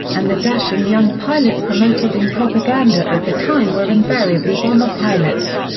and the dashing young pilots promoted in propaganda of the time were invariably bomber pilots.